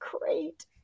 great